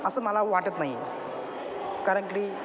असं मला वाटत नाही कारण की